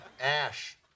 Ash